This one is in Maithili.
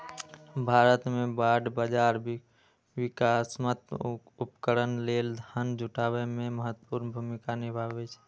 भारत मे बांड बाजार विकासात्मक उपक्रम लेल धन जुटाबै मे महत्वपूर्ण भूमिका निभाबै छै